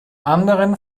anderen